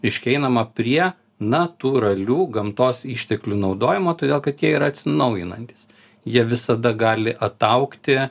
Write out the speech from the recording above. reiškia einama prie natūralių gamtos išteklių naudojimo todėl kad jie yra atsinaujinantys jie visada gali ataugti